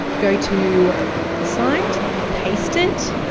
go to the site, paste it,